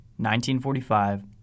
1945